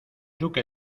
duque